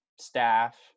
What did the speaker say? staff